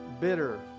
bitter